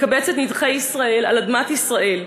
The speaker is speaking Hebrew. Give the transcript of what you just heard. לקבץ את נידחי ישראל על אדמת ישראל.